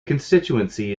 constituency